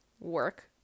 work